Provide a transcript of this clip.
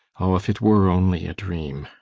oh, if it were only a dream!